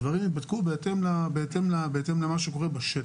הדברים ייבדקו בהתאם למה שקורה בשטח.